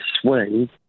swing